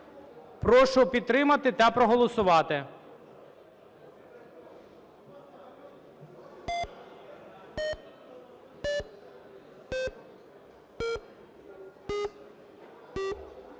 Прошу підтримати та проголосувати.